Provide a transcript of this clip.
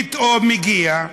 פתאום הגיע,